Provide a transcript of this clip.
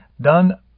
done